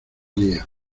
día